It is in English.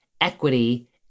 equity